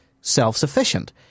self-sufficient